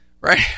Right